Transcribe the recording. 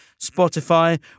Spotify